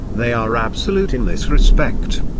they are absolute in this respect.